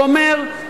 הוא אומר: